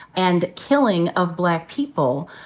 and killing of black people.